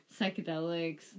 psychedelics